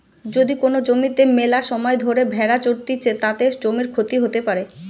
যদি কোন জমিতে মেলাসময় ধরে ভেড়া চরতিছে, তাতে জমির ক্ষতি হতে পারে